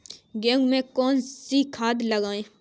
गेहूँ में कौनसी खाद लगाएँ?